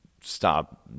stop